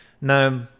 Now